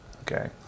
okay